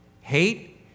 hate